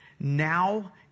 now